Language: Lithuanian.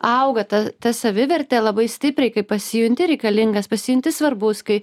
auga ta ta savivertė labai stipriai kai pasijunti reikalingas pasijunti svarbus kai